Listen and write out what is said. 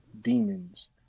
demons